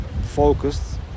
focused